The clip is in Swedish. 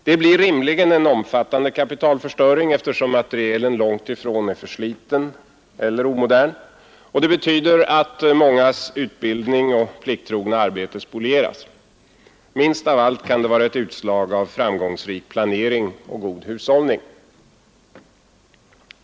Det blir rimligen en omfattande kapitalförstöring, eftersom materielen långt ifrån är försliten eller omodern, och det betyder att mångas utbildning och plikttrogna arbete spolieras. Minst av allt kan det vara ett utslag av framgångsrik planering och god hushållning.